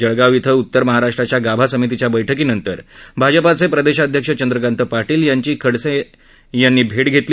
जळगाव इथं उत्तर महाराष्ट्राच्या गाभा समितीच्या बैठकीनंतर भाजपचे प्रदेशाध्यक्ष चंद्रकांत पाटील यांची खडसे यांनी भेट घेतली